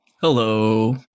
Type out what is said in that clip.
Hello